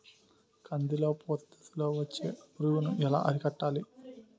కందిలో పూత దశలో వచ్చే పురుగును ఎలా అరికట్టాలి?